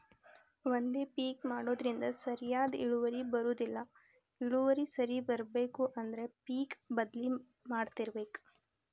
ಒಂದೇ ಪಿಕ್ ಮಾಡುದ್ರಿಂದ ಸರಿಯಾದ ಇಳುವರಿ ಬರುದಿಲ್ಲಾ ಇಳುವರಿ ಸರಿ ಇರ್ಬೇಕು ಅಂದ್ರ ಪಿಕ್ ಬದ್ಲಿ ಮಾಡತ್ತಿರ್ಬೇಕ